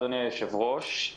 אדוני היושב-ראש,